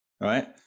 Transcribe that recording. right